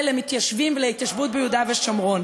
למתיישבים ולהתיישבות ביהודה ושומרון.